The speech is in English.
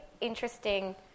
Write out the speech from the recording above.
interesting